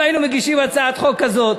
אם אנחנו היינו מגישים הצעת חוק כזאת,